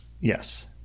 Yes